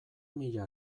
mila